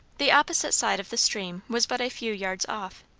the opposite side of the stream was but a few yards off,